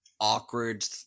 awkward